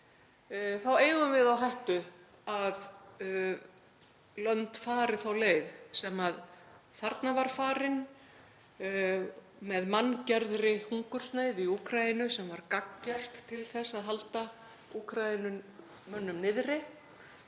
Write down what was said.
þá eigum við á hættu að lönd fari þá leið sem þarna var farin með manngerðri hungursneyð í Úkraínu sem var gagngert til þess að halda Úkraínumönnum niðri